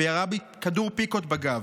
וירה בי כדור פיקות בגב.